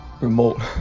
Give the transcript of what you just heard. remote